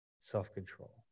self-control